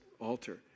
altar